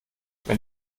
wenn